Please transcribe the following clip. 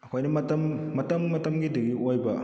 ꯑꯩꯈꯣꯏꯅ ꯃꯇꯝ ꯃꯇꯝ ꯃꯇꯝꯗꯨꯒꯤ ꯑꯣꯏꯕ